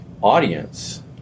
audience